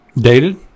dated